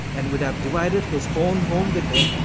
and would have divided his own home with him,